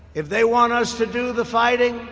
if they want us to do the fighting,